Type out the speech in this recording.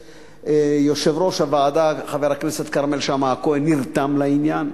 יושב-ראש הוועדה חבר הכנסת כרמל שאמה-הכהן נרתם לעניין.